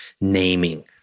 Naming